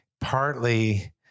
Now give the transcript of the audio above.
partly